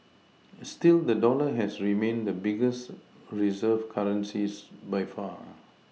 still the dollar has remained the biggest Reserve currencies by far